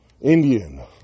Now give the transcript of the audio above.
Indian